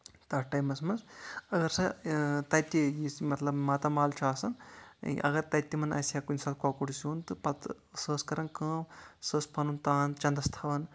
تَتھ ٹایمَس منٛز اَگر سۄ تَتہِ یُس مطلب ماتامال چھِ آسان اَگر تَتہِ تِمن آسہِ ہا کُنہِ ساتہٕ کوکُر سیُن تہٕ پَتہٕ سۄ ٲس کَران کٲم سۄ ٲس پَنُن پان چنٛدَس تھاوان